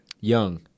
Young